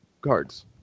cards